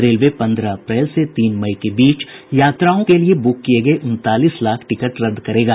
railway पन्द्रह अप्रैल से तीन मई के बीच यात्राओं के लिए बुक किये गये उनतालीस लाख टिकट रद्द करेगा